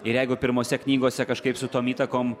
ir jeigu pirmose knygose kažkaip su tom įtakom